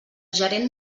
gerent